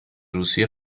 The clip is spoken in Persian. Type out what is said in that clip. روسیه